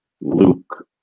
Luke